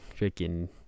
freaking